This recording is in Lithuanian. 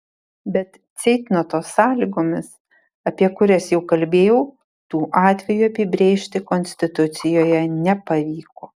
bet ceitnoto sąlygomis apie kurias jau kalbėjau tų atvejų apibrėžti konstitucijoje nepavyko